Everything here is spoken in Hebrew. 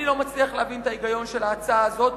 אני לא מצליח להבין את ההיגיון של ההצעה הזאת.